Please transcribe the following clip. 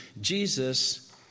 Jesus